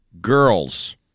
girls